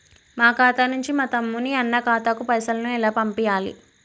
మా ఖాతా నుంచి మా తమ్ముని, అన్న ఖాతాకు పైసలను ఎలా పంపియ్యాలి?